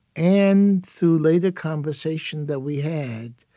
and through later conversation that we had,